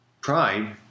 Pride